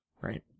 right